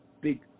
Big